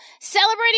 Celebrating